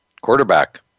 quarterback